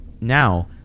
now